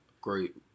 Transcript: Great